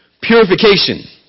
Purification